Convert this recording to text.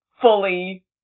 fully